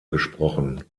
gesprochen